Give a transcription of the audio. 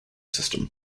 system